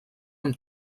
amb